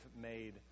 made